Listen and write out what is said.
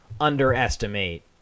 underestimate